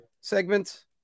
segment